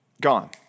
gone